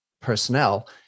personnel